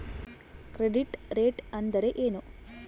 Credit rate ಅಂದರೆ ಏನು?